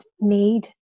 need